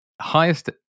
highest